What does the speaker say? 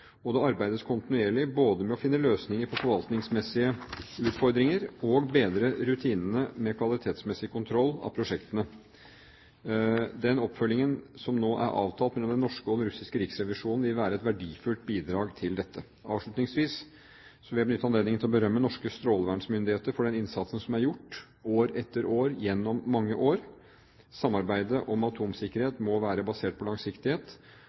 og det arbeides kontinuerlig både med å finne løsninger på forvaltningsmessige utfordringer og bedre rutinene med kvalitetsmessig kontroll av prosjektene. Den oppfølgingen som nå er avtalt mellom den norske og den russiske riksrevisjonen, vil være et verdifullt bidrag til dette. Avslutningsvis vil jeg benytte anledningen til å berømme norske strålevernsmyndigheter for den innsatsen som er gjort gjennom mange år. Samarbeidet om atomsikkerhet må være basert på langsiktighet,